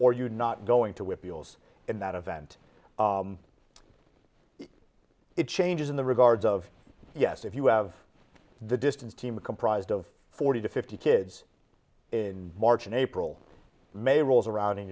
or you not going to whip us in that event it changes in the regards of yes if you have the distance team comprised of forty to fifty kids in march and april may rolls around and